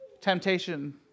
temptation